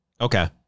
Okay